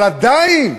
אבל עדיין,